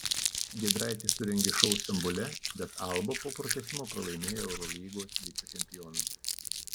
giedraitis surengė šou stambule bet alba po pratęsimo pralaimėjo eurolygos vicečempionams